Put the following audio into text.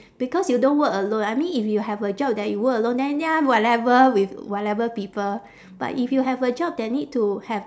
because you don't work alone I mean if you have a job that you work alone then ya whatever with whatever people but if you have a job that need to have